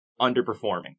underperforming